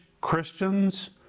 Christians